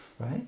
Right